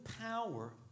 power